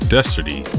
Destiny